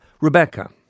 Rebecca